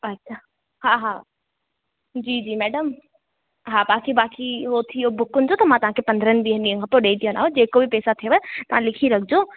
अच्छा हा हा जी जी मैडम हा तव्हांखे बाक़ी उहो थिओ बुकनि जो त मां तव्हांखे पंद्रहनि ॾींहं ॾींहंनि खां पोइ ॾेई थी वञाव जेको बि पैसा थिएव तव्हां लिखी रखिजो